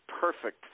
perfect